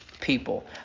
people